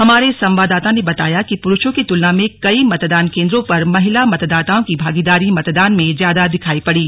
हमारे संवाददाता ने बताया है कि पुरुषों की तुलना में कई मतदान केंद्रों पर महिला मतदाताओं की भागीदारी मतदान में ज्यादा दिखाई पड़ी